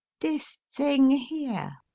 this thing here.